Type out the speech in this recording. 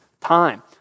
time